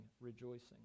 rejoicing